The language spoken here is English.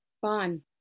Fun